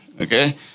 Okay